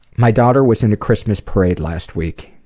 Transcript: my daughter was in a christmas parade last week.